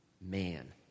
man